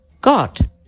God